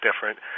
different